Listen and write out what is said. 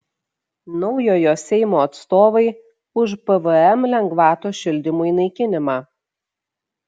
naujojo seimo atstovai už pvm lengvatos šildymui naikinimą